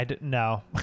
No